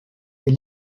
est